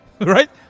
right